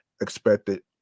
expected